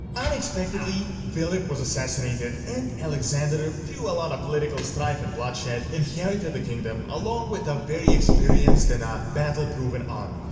unexpectedly philiph was assassinated and alexander, through a lot of political strife and bloodshed inherited the kingdom along with the very experienced and battle-proven um